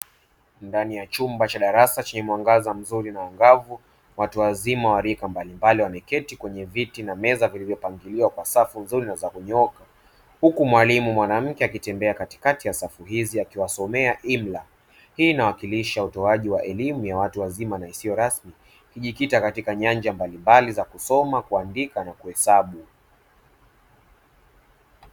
Ndani ya chumba cha darasa chenye mwangaza mzuri na angavu, watu wazima wa rika mbalimbali wameketi kwenye viti na meza vilivyopangiliwa kwa safu nzuri na za kunyooka, huku mwalimu mwanamke akitembea katikati ya safu hizi akiwasomea imla. Hii inawakilisha utoaji wa elimu ya watu wazima na isiyo rasmi, ikijikita katika nyanja mbalimbali za kusoma, kuandika na kuhesabu.